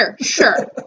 sure